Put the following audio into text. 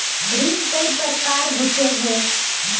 ऋण कई प्रकार होए है?